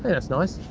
yeah, it's nice.